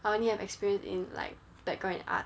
I only have experience in like decor and art ah